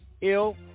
ill